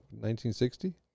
1960